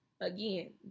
Again